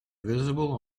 visible